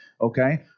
okay